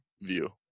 view